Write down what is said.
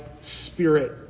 spirit